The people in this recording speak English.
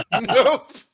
Nope